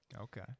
Okay